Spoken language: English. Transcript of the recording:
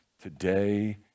today